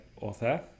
author